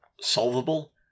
solvable